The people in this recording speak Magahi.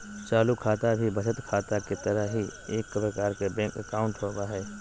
चालू खाता भी बचत खाता के तरह ही एक प्रकार के बैंक अकाउंट होबो हइ